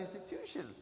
institution